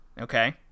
okay